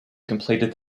completed